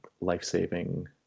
life-saving